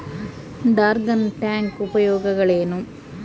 Dragon tank ಉಪಯೋಗಗಳೇನು?